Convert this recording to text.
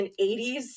80s